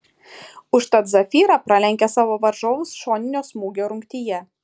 užtat zafira pralenkė savo varžovus šoninio smūgio rungtyje